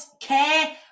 care